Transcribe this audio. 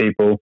people